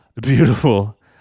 Beautiful